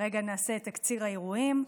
נעשה רגע את תקציר האירועים: